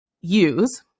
use